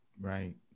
right